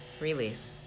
Release